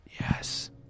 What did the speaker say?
Yes